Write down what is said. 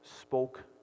spoke